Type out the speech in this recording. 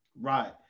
Right